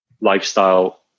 lifestyle